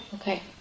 Okay